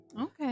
Okay